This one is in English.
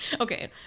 Okay